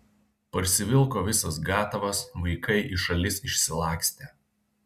parsivilko visas gatavas vaikai į šalis išsilakstė